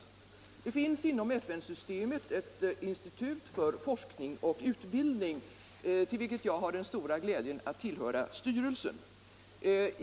Det finns inom FN-systemet ett institut för forskning och utbildning, där jag har den stora glädjen att tillhöra styrelsen.